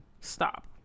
stop